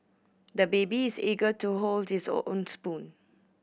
the baby is eager to hold this own spoon